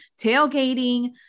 tailgating